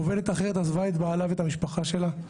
עובדת אחרת עזבה את בעלה ואת המשפחה שלה.